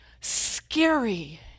scary